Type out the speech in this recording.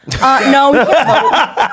No